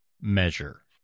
measure